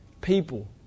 People